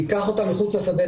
ניקח אותם אל מחוץ לשדה,